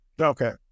Okay